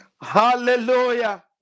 Hallelujah